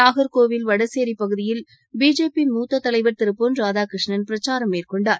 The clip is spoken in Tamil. நாகர்கோவில் வடசேரி பகுதியில் பிஜேபி மூத்த தலைவர் திரு பொன் ராதாகிருஷ்ணன் பிரச்சாரம் மேற்கொண்டார்